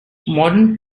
modern